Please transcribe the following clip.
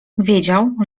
wiedział